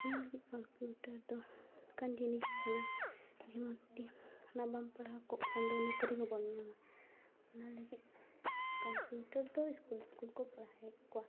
ᱚᱱᱟ ᱞᱟᱹᱜᱤᱫ ᱠᱚᱢᱯᱤᱭᱩᱴᱟᱨ ᱫᱚ ᱚᱱᱠᱟᱱ ᱡᱤᱱᱤᱥ ᱠᱟᱱᱟ ᱡᱮᱢᱚᱛᱮ ᱦᱟᱱᱟ ᱵᱟᱢ ᱯᱟᱲᱦᱟᱣ ᱠᱚᱜ ᱠᱷᱟᱱ ᱫᱚ ᱱᱩᱠᱨᱤ ᱦᱚᱸ ᱵᱟᱢ ᱧᱟᱢᱟ ᱚᱱᱟ ᱞᱟ ᱜᱤᱫ ᱠᱚᱢᱯᱤᱭᱩᱴᱟᱨ ᱫᱚ ᱥᱠᱩᱞ ᱥᱠᱩᱞ ᱠᱚ ᱯᱟᱲᱦᱟᱣᱮᱜ ᱠᱚᱣᱟ